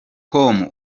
com